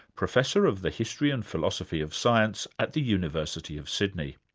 professor of the history and philosophy of science at the university of sydney,